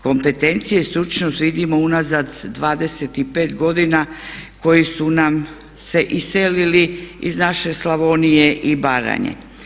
Kompetencije i stručnost vidimo unazad 25 godina koji su nam se iselili iz naše Slavonije i Baranje.